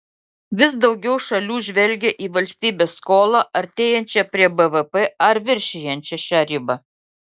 vis daugiau šalių žvelgia į valstybės skolą artėjančią prie bvp ar viršijančią šią ribą